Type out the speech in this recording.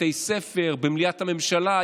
בתי ספר, במליאת הממשלה.